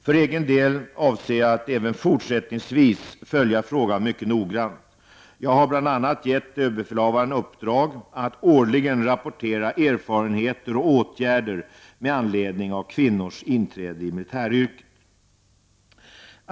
För egen del avser jag att även fortsättningsvis följa frågan mycket noggrant. Jag har bl.a. gett överbefälhavaren i uppdrag att årligen rapportera erfarenheter och åtgärder med anledning av kvinnors inträde i militäryrket.